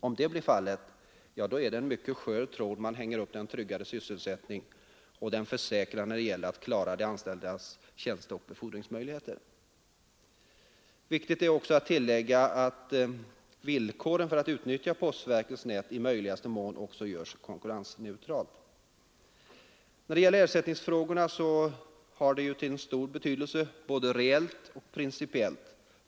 Om så blir fallet, då är det på en mycket skör tråd som man hänger upp den tryggade sysselsättningen och försäkran att klara de anställdas tjänste och befordringsmöjligheter. Viktigt är också att villkoren för att utnyttja postverkets nät blir i möjligaste mån konkurrensneutrala. Ersättningsfrågorna har ju en stor betydelse, både reellt och principiellt.